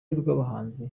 rw’abahanzi